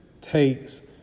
takes